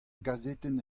gazetenn